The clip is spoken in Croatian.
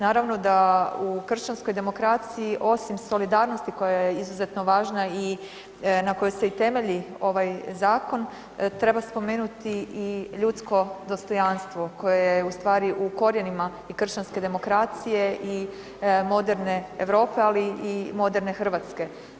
Naravno da u kršćanskoj demokraciji, osim solidarnosti koja je izuzetno važna i na kojoj se i temelji ovaj zakon, treba spomenuti i ljudsko dostojanstvo koje je ustvari u korijenima i kršćanske demokracije i moderne Europe, ali i moderne Hrvatske.